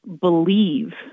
believe